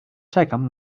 czekam